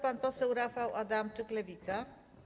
Pan poseł Rafał Adamczyk, Lewica.